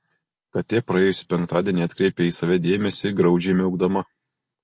katė praėjusį penktadienį atkreipė į save dėmesį graudžiai miaukdama